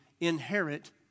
inherit